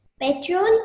petrol